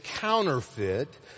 counterfeit